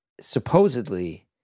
supposedly